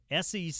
SEC